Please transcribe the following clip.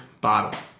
bottle